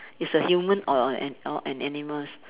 is a human or or an or an animals